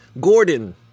Gordon